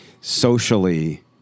socially